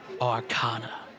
arcana